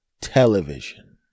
television